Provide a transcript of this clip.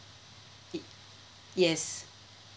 yes